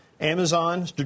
Amazon